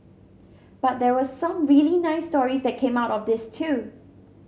but there were some really nice stories that came out of this too